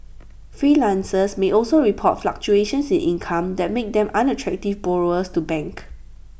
freelancers may also report fluctuations in income that make them unattractive borrowers to banks